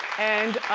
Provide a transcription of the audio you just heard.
and